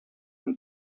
and